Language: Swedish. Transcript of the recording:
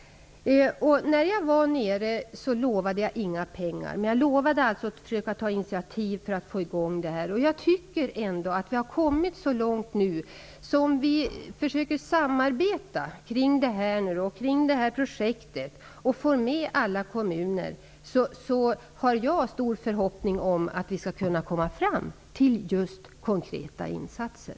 När jag var nere i Skåne lovade jag inga pengar, men jag lovade att försöka ta initiativ för att få i gång det här. Jag tycker ändå att vi har kommit långt. Om vi försöker samarbeta kring det här projektet och får med alla kommuner har jag stor förhoppning om att vi skall kunna komma fram till just konkreta insatser.